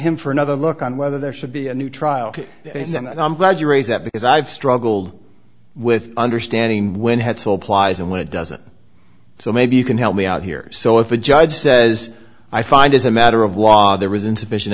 him for another look on whether there should be a new trial and i'm glad you raised that because i've struggled with understanding when had to applies and what doesn't so maybe you can help me out here so if a judge says i find as a matter of law there was insufficient